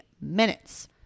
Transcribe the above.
minutes